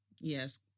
yes